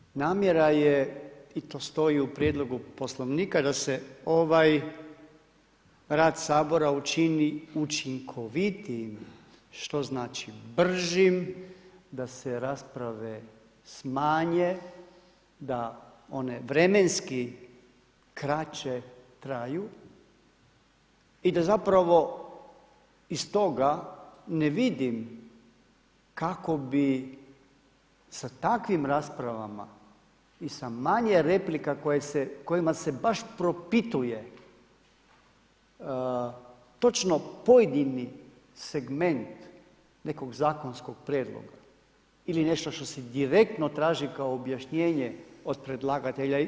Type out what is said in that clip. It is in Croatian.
Vidite, namjera je i to stoji u Prijedlogu poslovnika da se ovaj rad Sabora učini učinkovitijim, što znači bržim, da se rasprave smanje, da one vremenski kraće traju i da zapravo iz toga ne vidim kako bi sa takvim raspravama i sa manje replika kojima se baš propituje točno pojedini segment nekog zakonskog prijedloga ili nešto što se direktno traži kao objašnjenje od predlagatelja.